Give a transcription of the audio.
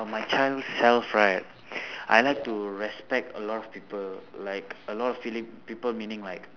my child self right I like to respect a lot of people like a lot feeling people meaning like